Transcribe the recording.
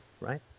right